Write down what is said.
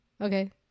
Okay